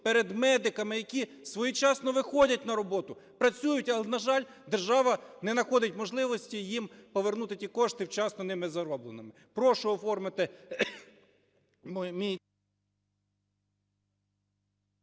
перед медиками, які своєчасно виходять на роботу, працюють, але, на жаль, держава не находить можливості їм повернути ті кошти вчасно ними зароблені. Прошу оформити мій…